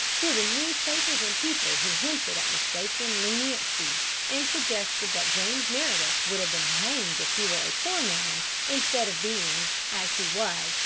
there were newspapers and people who hinted at mistaken leniency and suggested that james meredith would have been hanged if he were a poor man instead of being, as he was,